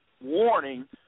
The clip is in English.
warning